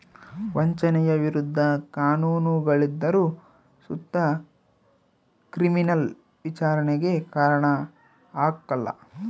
ವಂಚನೆಯ ವಿರುದ್ಧ ಕಾನೂನುಗಳಿದ್ದರು ಸುತ ಕ್ರಿಮಿನಲ್ ವಿಚಾರಣೆಗೆ ಕಾರಣ ಆಗ್ಕಲ